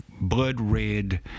blood-red